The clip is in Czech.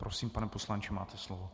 Prosím, pane poslanče, máte slovo.